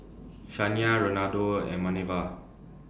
Shania Renaldo and Manerva